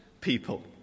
people